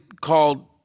called